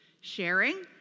Sharing